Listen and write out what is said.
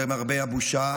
למרבה הבושה,